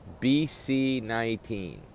BC19